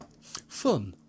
Fun